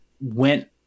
went